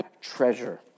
treasure